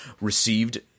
received